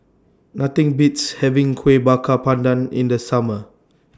Nothing Beats having Kuih Bakar Pandan in The Summer